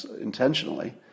intentionally